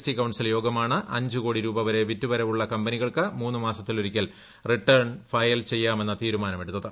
T council യോഗമാണ് അഞ്ച് കോടിരൂപവരെ വിറ്റ് വരവ് ഉള്ള കമ്പനികൾക്ക് മൂന്നുമാസത്തിലൊരിക്കൽ റിട്ടേൺ ഫയൽ ചെയ്യാമെന്ന തീരുമാനമെടുത്തത്